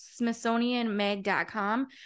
smithsonianmag.com